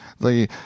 The